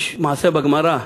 יש מעשה בגמרא,